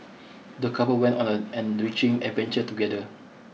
the couple went on a an enriching adventure together